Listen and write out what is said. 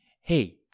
Hey